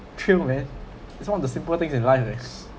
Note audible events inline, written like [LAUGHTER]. thrill man this one the simple things in life leh [LAUGHS]